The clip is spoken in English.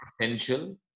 essential